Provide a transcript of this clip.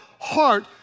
heart